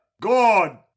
God